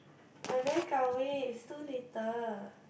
I'm very gao wei it's too little